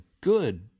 good